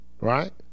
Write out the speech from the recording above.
right